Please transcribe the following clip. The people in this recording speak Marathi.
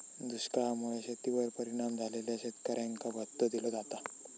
दुष्काळा मुळे शेतीवर परिणाम झालेल्या शेतकऱ्यांका भत्तो दिलो जाता